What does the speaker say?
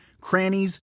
crannies